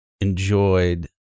enjoyed